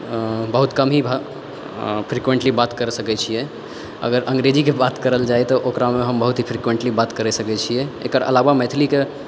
बहुत कम ही फ्रेकुइंटली बात करि सकै छियै अगर अंगरेजी के बात करल जाय तऽ ओकरामे बहुत फ्रेकुइंटली बात करि सकै छियै एकर अलावा मैथिलीके